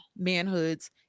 manhoods